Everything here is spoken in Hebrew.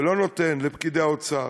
ולא נותן לפקידי האוצר